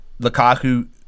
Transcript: Lukaku